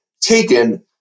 taken